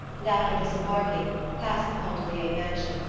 and after disembarking, passed the pontellier mansion,